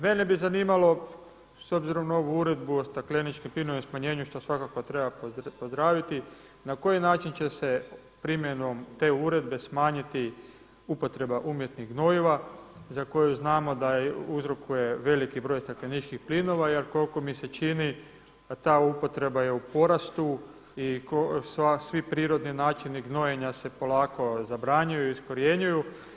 Mene bi zanimalo s obzirom na ovu uredbu o stakleničkim plinovima i smanjenju, što svakako treba pozdraviti, na koji način će se primjenom te uredbe smanjiti upotreba umjetnih gnojiva za koje znamo da uzrokuje veliki broj stakleničkih plinova, jel koliko mi se čini ta upotreba je u porastu i svi prirodni načini gnojenja se polako zabranjuju, iskorjenjuju.